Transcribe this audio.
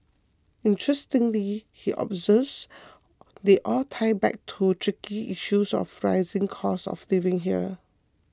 interestingly he observes they all tie back to tricky issue of the rising cost of living here